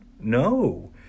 No